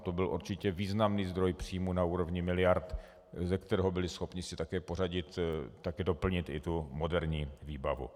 To byl určitě významný zdroj příjmů na úrovni miliard, ze kterého byli schopni si také doplnit i tu moderní výbavu.